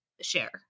share